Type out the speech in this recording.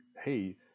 hey